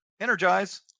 energize